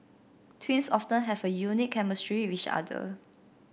twins often have a unique chemistry with each other